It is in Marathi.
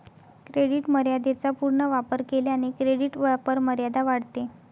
क्रेडिट मर्यादेचा पूर्ण वापर केल्याने क्रेडिट वापरमर्यादा वाढते